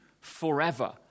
forever